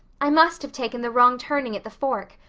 i must have taken the wrong turning at the fork.